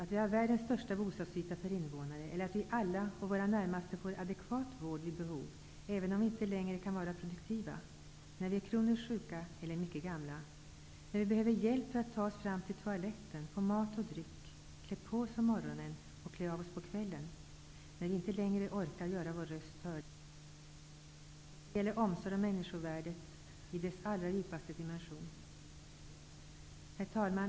Att vi har världens största bostadsyta per invånare eller att vi alla och våra närmaste får adekvat vård vid behov, även om vi inte längre kan vara produktiva, när vi blir kroniskt sjuka eller mycket gamla, när vi behöver hjälp för att ta oss fram till toaletten, få mat och dryck, få hjälp med att klä på oss på morgonen och att klä av oss på kvällen, när vi inte längre or kar göra vår röst hörd? Detta gäller omsorg om människovärdet i dess allra djupaste dimension. Herr talman!